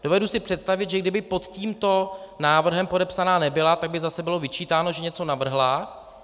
Dovedu si představit, že kdyby pod tímto návrhem podepsaná nebyla, tak by zase bylo vyčítáno, že něco navrhla.